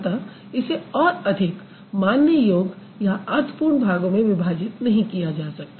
अतः इसे और अधिक मानने योग्य या अर्थपूर्ण भागों में विभाजित नहीं किया जा सकता